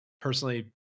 personally